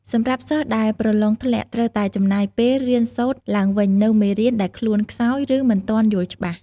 សម្រាប់សិស្សដែលប្រឡងធ្លាក់ ត្រូវតែចំណាយពេល រៀនសូត្រឡើងវិញនូវមេរៀនដែលខ្លួនខ្សោយ ឬមិនទាន់យល់ច្បាស់។